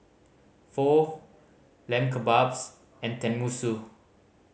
Pho Lamb Kebabs and Tenmusu